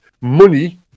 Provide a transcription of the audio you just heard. money